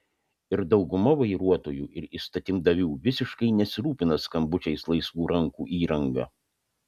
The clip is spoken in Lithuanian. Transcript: ir dauguma vairuotojų ir įstatymdavių visiškai nesirūpina skambučiais laisvų rankų įranga